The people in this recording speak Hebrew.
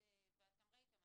ואתם ראיתם,